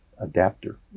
Adapter